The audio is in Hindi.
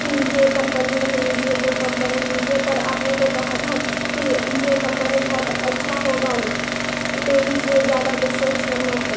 कि ये कंपनी नहीं लीजिए वो कंपनी लीजिए पर आपने तो कहा था कि ये कंपनी बहुत अच्छा होगा ले लीजिए ज़्यादा कुछ सोचिए मत